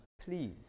Please